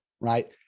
Right